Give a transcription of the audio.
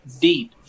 deep